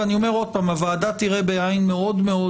ואני אומר עוד פעם, הוועדה תראה בעין מאוד מאוד